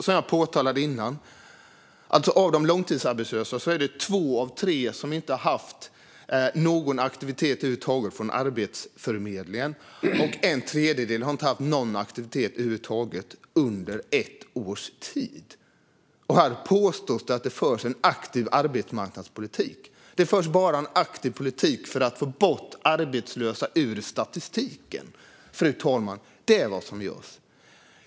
Som jag påpekade tidigare är det två av tre långtidsarbetslösa som inte har haft någon aktivitet över huvud taget från Arbetsförmedlingen, och en tredjedel har inte haft någon aktivitet över huvud taget under ett års tid. Och här påstår man att det förs en aktiv arbetsmarknadspolitik, men det förs bara en aktiv politik för att få bort de arbetslösa ur statistiken. Det är vad som görs, fru talman.